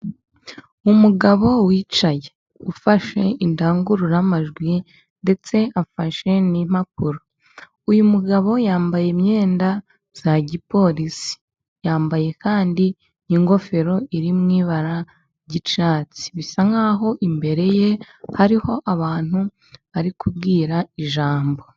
Umugabo wicaye ufashe indangururamajwi ndetse afashe n'impapuro. Uyu mugabo yambaye imyenda ya gipolisi, yambaye kandi n'ingofero irimo ibara ry'icyatsi, bisa nkaho imbere ye hariho abantu ari kubwira ijambo.